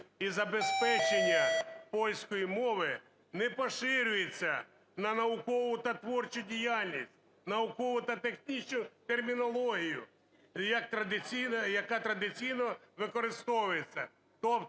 і забезпечення польської мови, не поширюється на наукову та творчу діяльність, наукову та технічну термінологію, яка традиційно використовується.